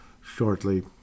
shortly